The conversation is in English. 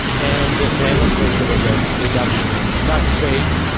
and then of course there was a reduction in tax rates,